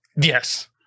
Yes